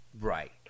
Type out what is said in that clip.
Right